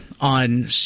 on